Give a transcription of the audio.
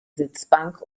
sitzbank